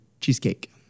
cheesecake